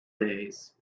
days